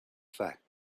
fact